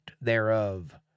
thereof